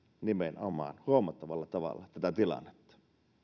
nimenomaan huomattavalla tavalla tätä tilannetta